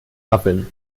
waffeln